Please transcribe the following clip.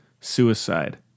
suicide